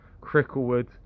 Cricklewood